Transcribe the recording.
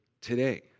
today